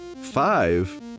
five